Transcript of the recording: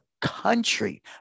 country